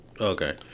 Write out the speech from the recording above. Okay